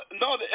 no